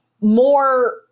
more